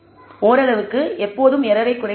ஓரளவுக்கு நீங்கள் எப்போதும் ஏரரை குறைக்க முடியும்